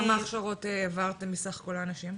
כמה הכשרות העברתם מסך כל האנשים?